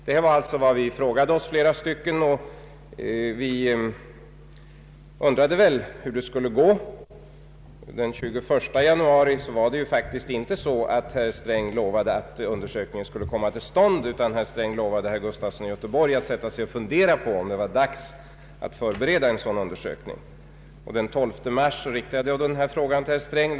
Detta var alltså vad flera stycken av oss frågade sig; vi undrade hur det skulle gå. Den 21 januari var det faktiskt inte så att herr Sträng lovade att undersökningen skulle komma till stånd, utan herr Sträng lovade herr Gustafson i Göteborg att fundera på om det var dags att förbereda en sådan undersökning. Den 12 mars riktade jag frågan till herr Sträng.